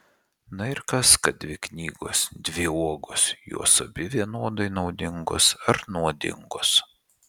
na ir kas kad dvi knygos dvi uogos jos abi vienodai naudingos ar nuodingos